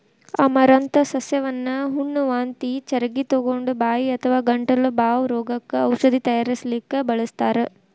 amaranth ಸಸ್ಯವನ್ನ ಹುಣ್ಣ, ವಾಂತಿ ಚರಗಿತೊಗೊಂಡ, ಬಾಯಿ ಅಥವಾ ಗಂಟಲ ಬಾವ್ ರೋಗಕ್ಕ ಔಷಧ ತಯಾರಿಸಲಿಕ್ಕೆ ಬಳಸ್ತಾರ್